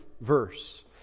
verse